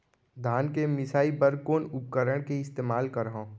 धान के मिसाई बर कोन उपकरण के इस्तेमाल करहव?